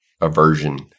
aversion